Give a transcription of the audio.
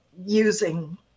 using